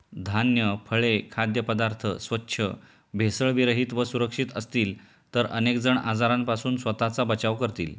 धान्य, फळे, खाद्यपदार्थ स्वच्छ, भेसळविरहित व सुरक्षित असतील तर अनेक जण आजारांपासून स्वतःचा बचाव करतील